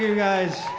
guys.